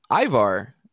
Ivar